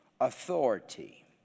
authority